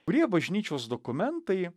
kurie bažnyčios dokumentai